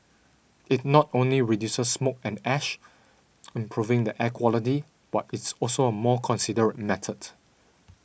it not only reduces smoke and ash improving the air quality but it's also a more considerate method